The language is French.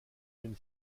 une